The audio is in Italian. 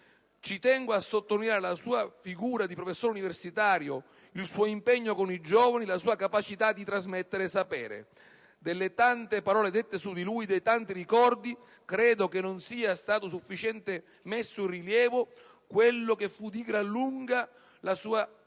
Ci tengo a sottolineare la sua figura di professore universitario, il suo impegno con i giovani, la sua capacità di trasmettere sapere. Delle tante parole dette su di lui, dei tanti ricordi, credo che non si sia sufficientemente messo in rilievo quella che fu di gran lunga la sua